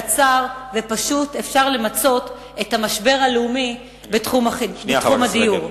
קצר ופשוט אפשר למצות את המשבר הלאומי בתחום הדיור.